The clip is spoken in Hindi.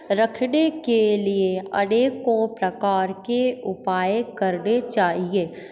रखने के लिए अनेकों प्रकार के उपाय करने चाहिए